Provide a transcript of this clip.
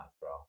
bro